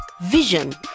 Vision